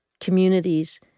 communities